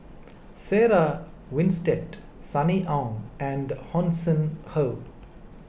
Sarah Winstedt Sunny Ang and Hanson Ho